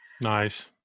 Nice